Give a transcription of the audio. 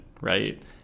right